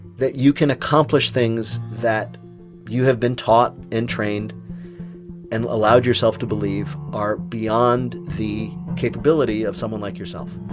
that you can accomplish things that you have been taught and trained and allowed yourself to believe are beyond the capability of someone like yourself